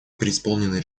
преисполнены